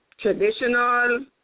traditional